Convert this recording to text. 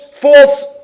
false